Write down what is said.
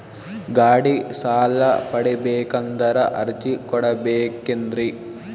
ಗಾಡಿ ಸಾಲ ಪಡಿಬೇಕಂದರ ಅರ್ಜಿ ಕೊಡಬೇಕೆನ್ರಿ?